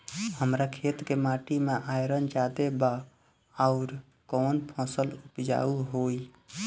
हमरा खेत के माटी मे आयरन जादे बा आउर कौन फसल उपजाऊ होइ?